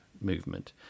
movement